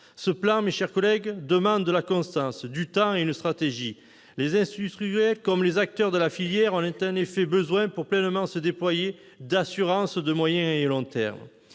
Ce plan, mes chers collègues, demande de la constance, du temps et une stratégie. Les industriels, comme les acteurs de la filière, ont en effet besoin, pour pleinement se déployer, d'assurances et de moyens à long terme.